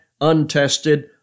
untested